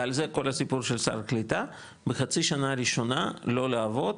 ועל זה כל הסיפור של סל הקליטה בחצי שנה הראשונה לא לעבוד,